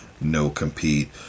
no-compete